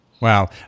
Wow